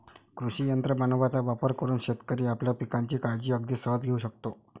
कृषी यंत्र मानवांचा वापर करून शेतकरी आपल्या पिकांची काळजी अगदी सहज घेऊ शकतो